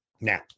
Now